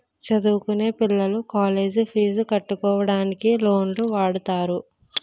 చదువుకొనే పిల్లలు కాలేజ్ పీజులు కట్టుకోవడానికి లోన్లు వాడుతారు